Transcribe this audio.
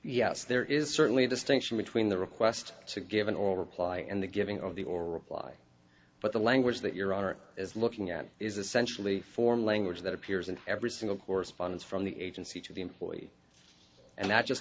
yes there is certainly a distinction between the request to give an old reply and the giving of the or reply but the language that your honor is looking at is essentially foreign language that appears in every single correspondence from the agency to the employee and that just